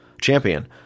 champion